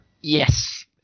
Yes